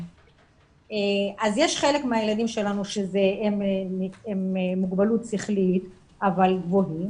יש חלק מהילדים שלנו שהם עם מוגבלות שכלית אבל ---,